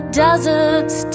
deserts